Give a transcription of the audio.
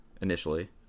initially